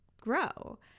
grow